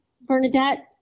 Bernadette